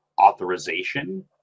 authorization